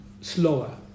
slower